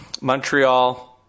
Montreal